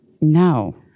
No